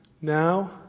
now